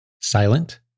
Silent